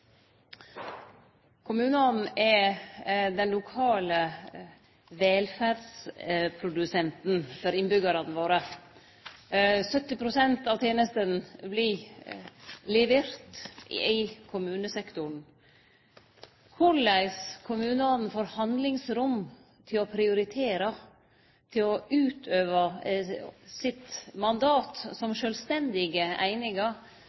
Kommunane er den lokale velferdsprodusenten for innbyggjarane våre. 70 pst. av tenestene vert leverte i kommunesektoren. Korleis kommunane får handlingsrom til å prioritere, og til å utøve sitt mandat